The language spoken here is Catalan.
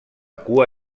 cua